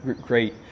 Great